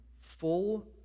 full